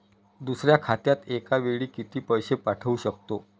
दुसऱ्या खात्यात एका वेळी किती पैसे पाठवू शकतो?